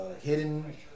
hidden